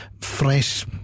fresh